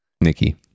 Nikki